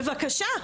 בבקשה.